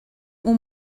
اون